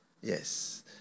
Yes